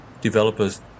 developers